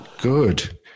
Good